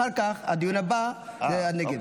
אחר כך, הדיון הבא זה הנגב.